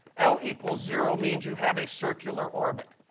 l equals zero means you have a circular orbit.